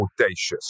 audacious